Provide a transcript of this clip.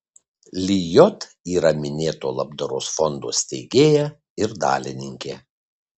lijot yra minėto labdaros fondo steigėja ir dalininkė